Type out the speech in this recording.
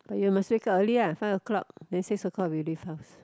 but you must wake up early uh five o-clock then six o-clock we leave house